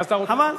אתה רוצה להצביע?